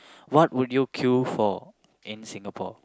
what would you queue for in Singapore